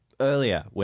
Earlier